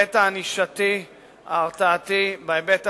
בהיבט הענישתי-הרתעתי, בהיבט הפיקוחי,